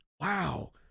wow